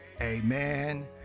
Amen